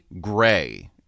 Gray